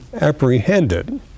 apprehended